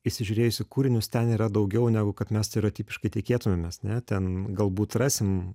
įsižiūrėjusi į kūrinius ten yra daugiau negu kad mes stereotipiškai tikėtumėmės ne ten galbūt rasim